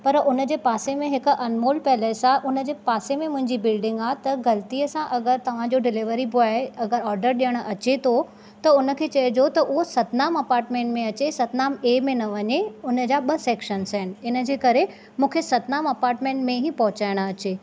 पर उन जे पासे में हिक अनमोल पैलेस आहे उन जे पासे में मुंहिंजी बिल्डिंग आहे त ग़लतीअ सां अगरि तव्हां जो डिलिवरी बॉय अगरि ओर्डर ॾियण अचे थो त उन खे चइजो त हू सतनाम अपार्टमेंट में अचे सतनाम ए में न वञे उन जा ॿ सेक्शन्स आहिनि इन जे करे मूंखे सतनाम अपार्टमेंट में ही पहुचाइण अचे